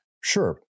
Sure